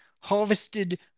harvested